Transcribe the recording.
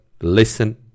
listen